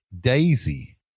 daisy